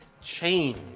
change